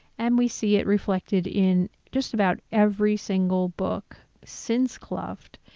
and we see it reflected in just about every single book since kluft,